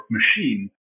machine